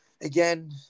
again